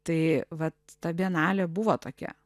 tai vat ta bienalė buvo tokia